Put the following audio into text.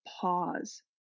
pause